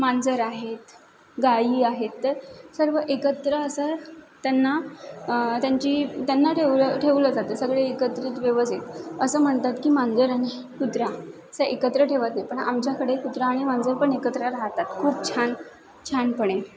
मांजर आहेत गायी आहेत तर सर्व एकत्र असं त्यांना त्यांची त्यांना ठेवलं ठेवलं जातं सगळे एकत्रित व्यवस्थित असं म्हणतात की मांजर आणि कुत्रा असं एकत्र ठेवत नाही पण आमच्याकडे कुत्रा आणि मांजर पण एकत्र राहतात खूप छान छानपणे